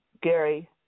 Gary